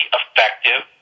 effective